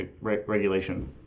regulation